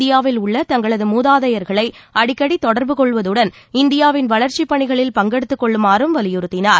இந்தியாவில் உள்ள தங்களது மூதாதையர்களை அடிக்கடி தொடர்பு கொள்வதுடன் இந்தியாவின் வளர்ச்சிப் பணிகளில் பங்கெடுத்துக் கொள்ளுமாறும் வலியுறுத்தினார்